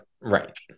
right